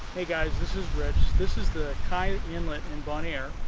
hey guys, this is rich. this is the cai inlet in bonaire.